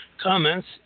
comments